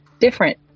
different